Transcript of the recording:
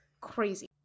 crazy